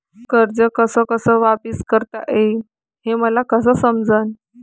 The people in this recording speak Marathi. कर्ज कस कस वापिस करता येईन, हे मले कस समजनं?